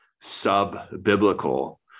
sub-biblical